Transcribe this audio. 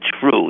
true